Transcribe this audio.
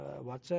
WhatsApp